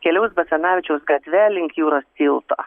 keliaus basanavičiaus gatve link jūros tilto